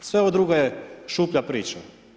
Sve ovo drugo je šuplja priča.